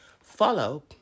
follow